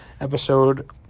episode